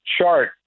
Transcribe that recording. chart